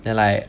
then like